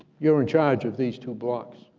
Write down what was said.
you're in charge of these two blocks.